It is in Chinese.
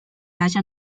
辖下